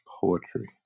poetry